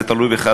זה תלוי בך,